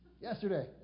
Yesterday